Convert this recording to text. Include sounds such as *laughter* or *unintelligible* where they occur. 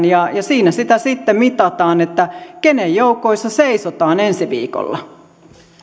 *unintelligible* ja siinä sitä sitten mitataan kenen joukoissa seisotaan ensi viikolla